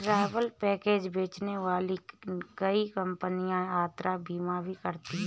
travel package बेचने वाली कई कंपनियां यात्रा बीमा भी देती हैं